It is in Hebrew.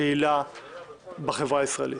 קהילה בחברה הישראלית.